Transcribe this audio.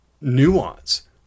nuance